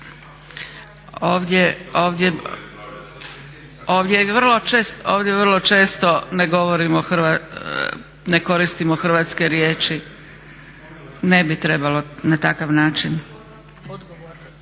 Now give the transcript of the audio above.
Ovdje vrlo često ne govorimo, ne koristimo hrvatske riječi. Ne bi trebalo na takav način.